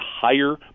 higher